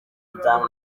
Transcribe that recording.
itanu